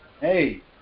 hey